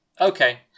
Okay